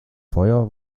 feuer